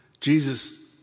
Jesus